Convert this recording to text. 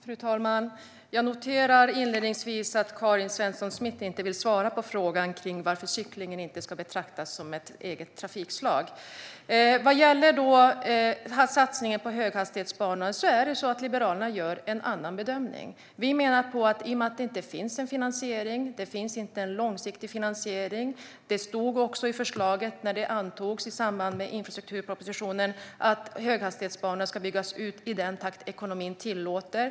Fru talman! Jag noterar inledningsvis att Karin Svensson Smith inte vill svara på frågan om varför cyklingen inte ska betraktas som ett eget trafikslag. Vad gäller satsningen på höghastighetsbanor gör Liberalerna en annan bedömning. Vi menar att i och med att det inte finns en långsiktig finansiering är det inte en klok investering. Det stod i förslaget när det antogs i samband med infrastrukturpropositionen att höghastighetsbanorna ska byggas ut i den takt ekonomin tillåter.